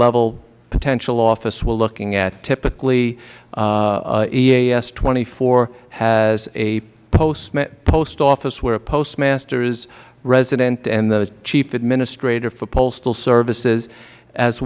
level potential office we are looking at typically eas twenty four has a post office where a postmaster is resident and the chief administrator for postal services as